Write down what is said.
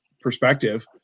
perspective